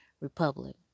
republic